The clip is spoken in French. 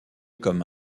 comme